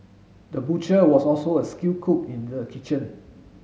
the butcher was also a skilled cook in the kitchen